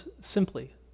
simply